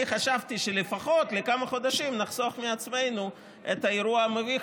אני חשבתי שלפחות לכמה חודשים נחסוך מעצמנו את האירוע המביך